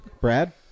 Brad